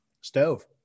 stove